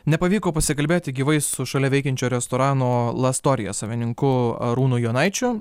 nepavyko pasikalbėti gyvai su šalia veikiančio restorano lastorija savininku arūnu jonaičiu